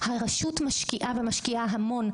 הרשות משקיעה ומשקיעה המון,